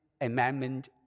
amendment